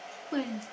pearl